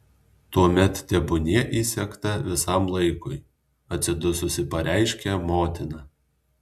tuomet tebūnie įsegta visam laikui atsidususi pareiškia motina